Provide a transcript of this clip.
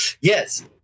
Yes